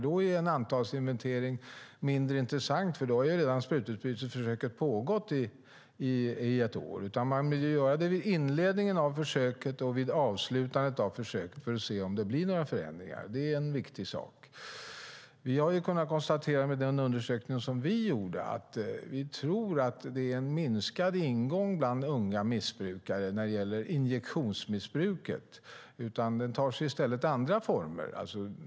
Då är en antalsinventering mindre intressant, för då har redan sprututbytesförsöket pågått i ett år. Man vill ju göra det vid inledningen av försöket och vid avslutandet av försöket för att se om det blir några förändringar. Det är en viktig sak. Vi har kunnat konstatera, med den undersökning som vi gjorde, att vi tror att det är en minskad ingång bland unga missbrukare när det gäller injektionsmissbruket. Det tar sig i stället andra former.